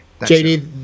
JD